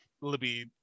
Libby